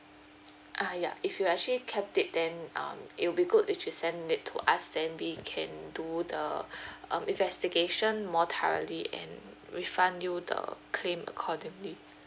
uh ya if you actually kept it then um it will be good if you send it to us then we can do the um investigation more thoroughly and refund you the claim accordingly